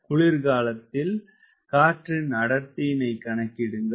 குளிர் காலத்தில் காற்றின் அடர்த்தியினைக் கணக்கிடுங்கள்